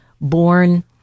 born